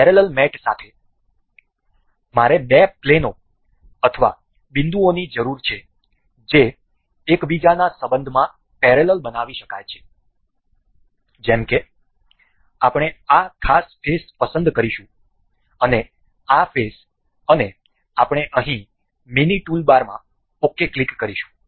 parallel mate સાથે મારે બે પ્લેનો અથવા બિંદુઓની જરૂર છે જે એકબીજાના સંબંધમાં પેરેલલ બનાવી શકાય છે જેમ કે આપણે આ ખાસ ફેસ પસંદ કરીશું અને આ ફેસ અને આપણે અહીં મીની ટૂલબારમાં ok ક્લિક કરીશું